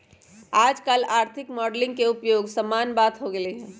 याजकाल आर्थिक मॉडलिंग के उपयोग सामान्य बात हो गेल हइ